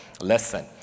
lesson